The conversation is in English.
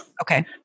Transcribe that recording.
Okay